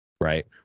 right